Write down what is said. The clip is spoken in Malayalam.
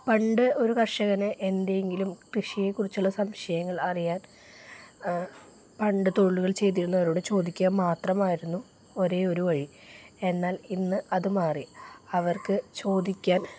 പണ്ട് ഒരു കർഷകന് എന്തെങ്കിലും കൃഷിയെക്കുറിച്ചുള്ള സംശയങ്ങൾ അറിയാൻ പണ്ട് തൊഴിലുകൾ ചെയ്തിരുന്നവരോട് ചോദിക്കുക മാത്രമായിരുന്നു ഒരേയൊരു വഴി എന്നാൽ ഇന്ന് അത് മാറി അവർക്ക് ചോദിക്കാൻ